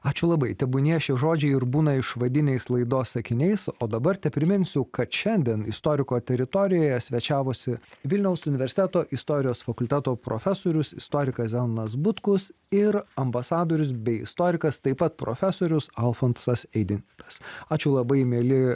ačiū labai tebūnie šie žodžiai ir būna išvadiniais laidos sakiniais o dabar tepriminsiu kad šiandien istoriko teritorijoje svečiavosi vilniaus universiteto istorijos fakulteto profesorius istorikas zenonas butkus ir ambasadorius bei istorikas taip pat profesorius alfonsas eidintas ačiū labai mieli